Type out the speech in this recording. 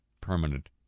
permanent